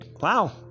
wow